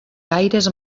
gaires